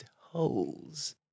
holes